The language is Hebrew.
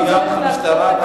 המשטרה.